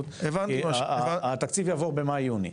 התקציב יעבור במאי-יוני.